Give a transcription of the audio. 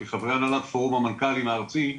כחברי הנהלת פורום המנכ"לים הארצי,